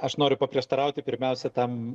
aš noriu paprieštarauti pirmiausia tam